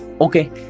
Okay